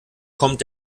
kommt